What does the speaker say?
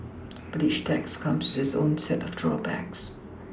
but each tax comes with its own set of drawbacks